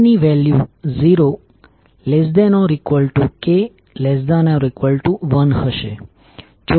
k ની value 0 ≤ k ≤1 હશે